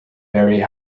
very